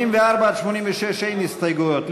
84 86 אין הסתייגויות.